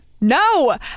no